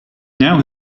now